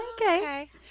Okay